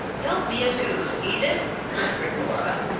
don't be a goose, edith, whispered nora,